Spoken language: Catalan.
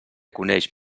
coneix